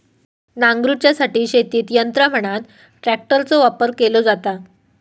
नांगरूच्यासाठी शेतीत यंत्र म्हणान ट्रॅक्टरचो वापर केलो जाता